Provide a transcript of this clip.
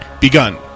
begun